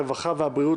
הרווחה והבריאות,